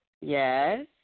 Yes